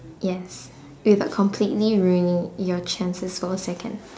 yes without completely ruining your chances for a second